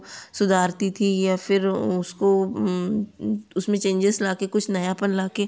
सुधारती थी या फिर उसको उसमें चेंजेज़ लाकर कुछ नयापन लाकर